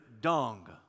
dung